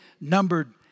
numbered